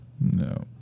No